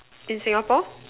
in Singapore